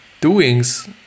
doings